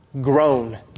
grown